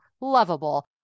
lovable